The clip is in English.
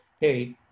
Hey